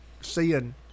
seeing